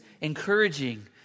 encouraging